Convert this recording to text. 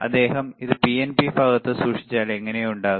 അദ്ദേഹം ഇത് പിഎൻപി ഭാഗത്ത് സൂക്ഷിച്ചാൽ എങ്ങനെ ഉണ്ടാകും